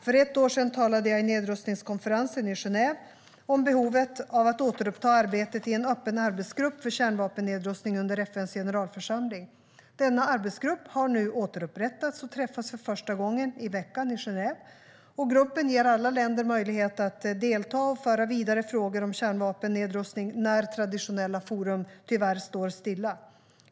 För ett år sedan talade jag i Nedrustningskonferensen i Genève om behovet av att återuppta arbetet i en öppen arbetsgrupp för kärnvapennedrustning under FN:s generalförsamling. Denna arbetsgrupp har nu återupprättats och träffas för första gången i veckan i Genève. Gruppen ger alla länder möjlighet att delta och föra vidare frågor om kärnvapennedrustning när traditionella forum tyvärr står stilla.